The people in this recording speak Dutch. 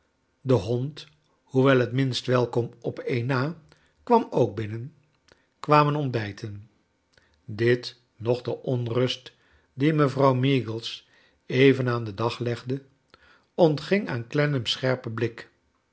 de hond hoewel t minst welkom op een na kwam ook binnen kwamen ontbijten dit noch de onrust die mevrouw meagies even aan den dag legde ontging aan clennam's scherpen blik